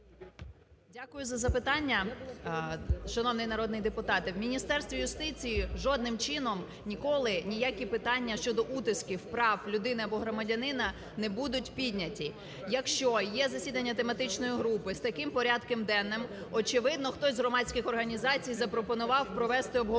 Дякую за запитання, шановний народний депутате. В Міністерстві юстиції жодним чином ніколи ніякі питання щодо утисків прав людини або громадянина не будуть підняти. Якщо є засідання тематичної групи з таким порядком денним, очевидно, хтось з громадських організацій запропонував провести обговорення